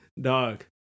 Dog